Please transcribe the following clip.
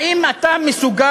האם אתה מסוגל,